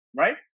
Right